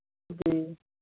जी